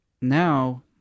now